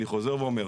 אני חוזר ואומר,